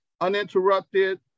uninterrupted